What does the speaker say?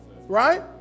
Right